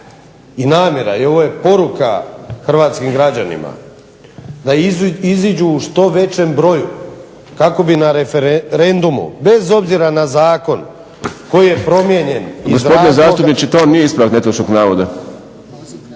i namjera je i ovo je poruka hrvatskim građanima da izađu u što većem broju kako bi na referendumu bez obzira na zakon koji je promijenjen iz razloga